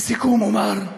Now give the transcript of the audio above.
לסיכום אומר: